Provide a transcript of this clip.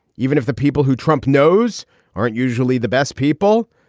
even if the people who trump knows aren't usually the best people?